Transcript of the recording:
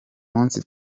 munsi